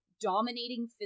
dominating